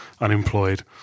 unemployed